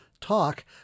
talk